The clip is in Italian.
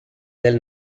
del